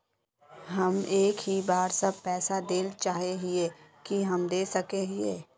हम एक ही बार सब पैसा देल चाहे हिये की हम दे सके हीये?